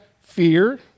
fear